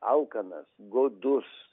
alkanas godus